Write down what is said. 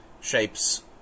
shapes